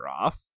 off